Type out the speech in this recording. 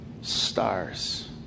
stars